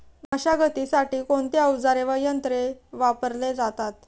मशागतीसाठी कोणते अवजारे व यंत्र वापरले जातात?